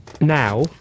now